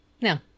no